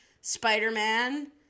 Spider-Man